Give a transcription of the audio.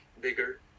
bigger